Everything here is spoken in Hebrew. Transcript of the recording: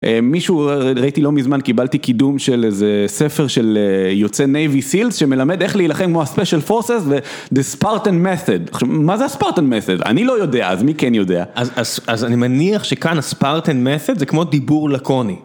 מישהו, ראיתי לא מזמן, קיבלתי קידום של איזה ספר של יוצאי נייבי סילס שמלמד איך להילחם כמו הספיישל פורסס והספארטן מסד עכשיו, מה זה הספארטן מסד? אני לא יודע, אז מי כן יודע? אז אני מניח שכאן הספארטן מסד זה כמו דיבור לקוני